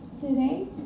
today